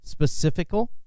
specifical